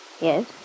Yes